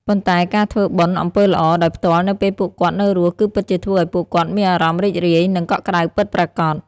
ប៉ុន្តែការធ្វើបុណ្យ (អំពើល្អ) ដោយផ្ទាល់នៅពេលពួកគាត់នៅរស់ គឺពិតជាធ្វើឲ្យពួកគាត់មានអារម្មណ៍រីករាយ និងកក់ក្តៅពិតប្រាកដ។